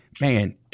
man